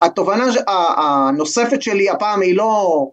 התובנה הנוספת שלי הפעם היא לא...